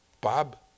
Bob